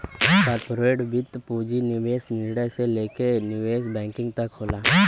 corporate वित्त पूंजी निवेश निर्णय से लेके निवेश बैंकिंग तक होला